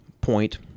point